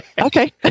Okay